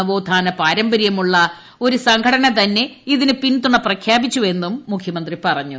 നവോത്ഥാന പാരമ്പര്യമുള്ള ഒരു സംഘടന തന്നെ ഇതിന് പിന്തുണ പ്രഖ്യാപിച്ചുവെന്നും മുഖ്യമന്ത്രി പറഞ്ഞു